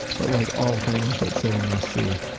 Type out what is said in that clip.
but like all things that say must see,